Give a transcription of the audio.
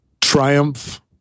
Triumph